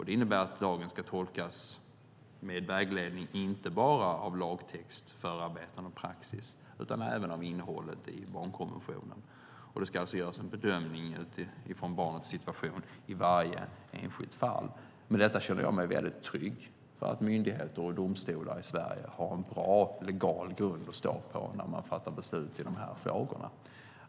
Det innebär att lagen ska tolkas med vägledning inte bara i lagtext, förarbeten och praxis, utan även i barnkonventionens innehåll. Det ska alltså göras en bedömning utifrån barnets situation i varje enskilt fall. Med detta känner jag mig väldigt trygg att myndigheter och domstolar i Sverige har en bra legal grund att stå på när de fattar beslut i frågorna.